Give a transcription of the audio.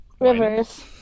Rivers